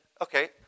okay